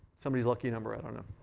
somebody's lucky number. i don't know.